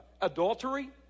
adultery